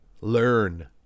learn